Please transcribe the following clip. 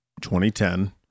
2010